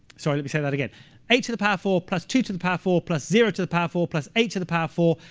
sorry, let me say that again. eight to the power four plus two to the power four plus zero to the power four plus eight to the power four.